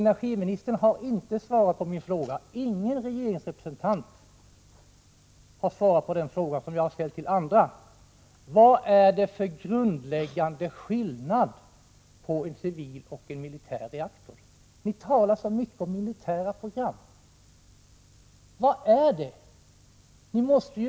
Energiministern har lika litet som någon annan regeringsrepresentant svarat på min fråga, som jag har ställt inte bara till henne: Vad är det för grundläggande skillnad mellan en civil och en militär reaktor? Ni talar så mycket om militära program.